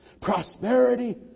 Prosperity